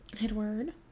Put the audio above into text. Edward